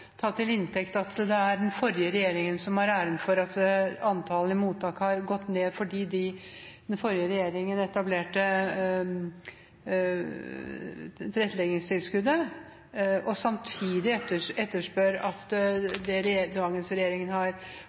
ta til inntekt at det er den forrige regjeringen som har æren for at antallet i mottak har gått ned, fordi den forrige regjeringen etablerte tilretteleggingstilskuddet, og samtidig etterspør at det som dagens regjering har